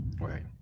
Right